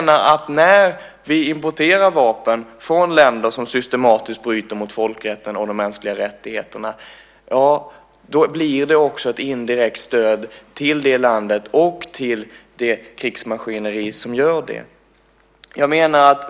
När vi importerar vapen från länder som systematiskt bryter mot folkrätten och de mänskliga rättigheterna blir det ett indirekt stöd till det landet och till det krigsmaskineri som utför dessa brott.